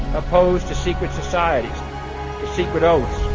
opposed to secret societies, to secret oaths.